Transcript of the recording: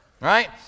right